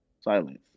Silence